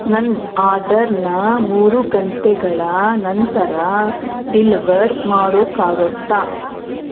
ನನ್ನ ಆಡರನ್ನ ಮೂರು ಗಂಟೆಗಳ ನಂತರ ಡಿಲ್ವರ್ ಮಾಡೋಕ್ಕಾಗುತ್ತಾ